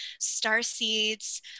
starseeds